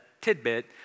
tidbit